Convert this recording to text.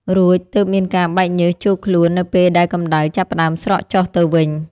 រួចទើបមានការបែកញើសជោកខ្លួននៅពេលដែលកម្ដៅចាប់ផ្តើមស្រកចុះទៅវិញ។